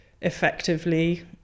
effectively